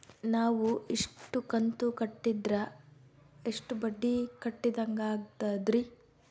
ನಾವು ಇಷ್ಟು ಕಂತು ಕಟ್ಟೀದ್ರ ಎಷ್ಟು ಬಡ್ಡೀ ಕಟ್ಟಿದಂಗಾಗ್ತದ್ರೀ?